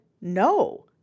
no